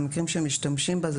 המקרים שמשתמשים בזה,